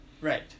Right